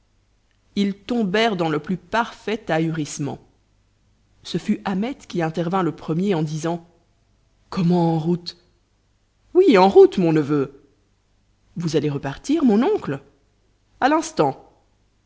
ils tombèrent dans le plus parfait ahurissement ce fut ahmet qui intervint le premier en disant comment en route oui en route mon neveu vous allez repartir mon oncle a l'instant